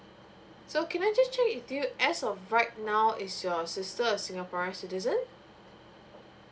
so can I just check with you as of right now is your sister a singaporean citizen